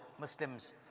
Muslims